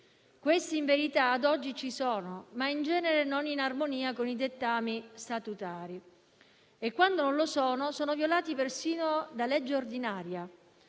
Questi, in verità, ad oggi ci sono, ma in genere non sono in armonia con i dettami statutari; e quando non lo sono, sono violati persino da legge ordinaria.